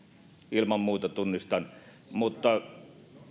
ilman muuta tunnistan mutta